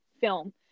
film